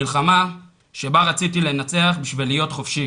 מלחמה שבה רציתי לנצח כדי להיות חופשי,